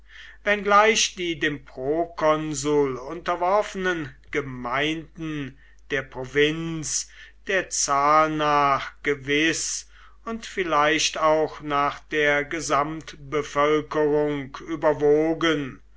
wenngleich die dem prokonsul unterworfenen gemeinden der provinz der zahl nach gewiß und vielleicht auch nach der gesamtbevölkerung überwogen